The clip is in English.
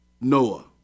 Noah